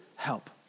help